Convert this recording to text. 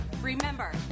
Remember